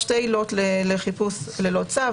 שתי עילות לחיפוש ללא צו,